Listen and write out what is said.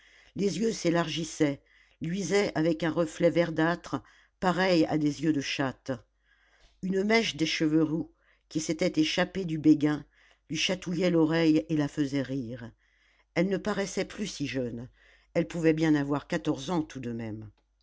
les yeux s'élargissaient luisaient avec un reflet verdâtre pareils à des yeux de chatte une mèche des cheveux roux qui s'était échappée du béguin lui chatouillait l'oreille et la faisait rire elle ne paraissait plus si jeune elle pouvait bien avoir quatorze ans tout de même